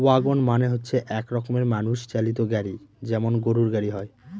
wagon মানে হচ্ছে এক রকমের মানুষ চালিত গাড়ি যেমন গরুর গাড়ি হয়